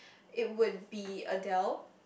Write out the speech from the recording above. it would be Adele